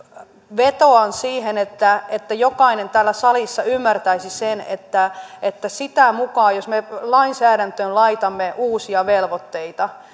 vetoan siihen että että jokainen täällä salissa ymmärtäisi sen että että sitä mukaa kuin me lainsäädäntöön laitamme uusia velvoitteita